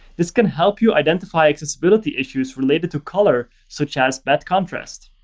this can help you identify accessibility issues related to color, such as bad contrast.